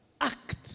Act